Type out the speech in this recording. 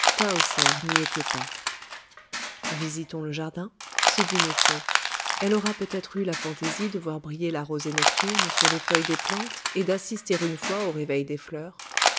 n'y était pas visitons le jardin se dit nofré elle aura peut-être eu la fantaisie de voir briller la rosée nocturne sur les feuilles des plantes et d'assister une fois au réveil des fleurs